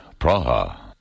Praha